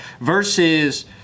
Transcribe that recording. Versus